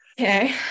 Okay